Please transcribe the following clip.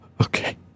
Okay